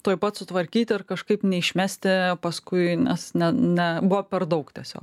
tuoj pat sutvarkyti ir kažkaip neišmesti paskui nes ne ne buvo per daug tiesiog